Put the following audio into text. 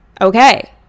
Okay